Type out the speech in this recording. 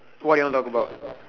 what you want to talk about